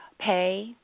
pay